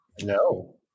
no